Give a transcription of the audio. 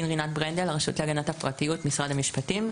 בבקשה.